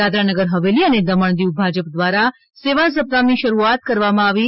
દાદરા નગર હવેલી અને દમણ દીવ ભાજપ દ્વારા સેવા સપ્તાહની શરૂઆત કરવામાં આવી છે